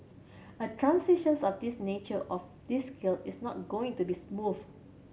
a transitions of this nature of this scale is not going to be smooth